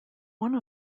one